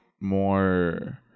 more